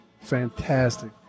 Fantastic